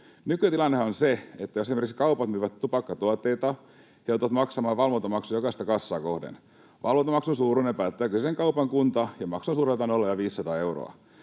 Nykytilannehan on se, että jos esimerkiksi kaupat myyvät tupakkatuotteita, he joutuvat maksamaan valvontamaksun jokaista kassaa kohden. Valvontamaksun suuruuden päättää kyseisen kaupan kunta, ja maksu on suuruudeltaan 0—500 euroa.